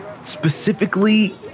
specifically